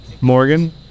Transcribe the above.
Morgan